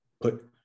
put